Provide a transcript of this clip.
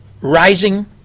rising